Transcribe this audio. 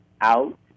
out